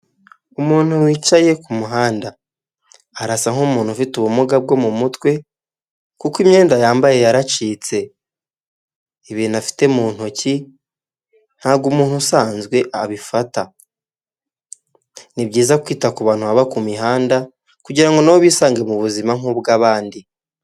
Umuntu wicaye ku muhanda arasa nk'umuntu ufite ubumuga bwo mu mutwe, kuko imyenda yambaye yaracitse, ibintu afite mu ntoki ntabwo umuntu usanzwe abifata, ni byiza kwita ku bantu baba ku mihanda kugirango nabo bisange mu buzima nkubw'abandi.